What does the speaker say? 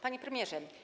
Panie Premierze!